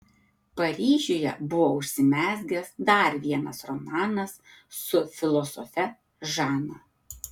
paryžiuje buvo užsimezgęs dar vienas romanas su filosofe žana